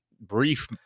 brief